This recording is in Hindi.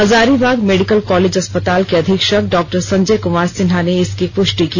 हजारीबाग मेडिकल कॉलेज अस्पताल के अधीक्षक डॉ संजय कुमार सिन्हा ने इसकी पुष्टि की